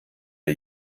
der